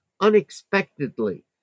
unexpectedly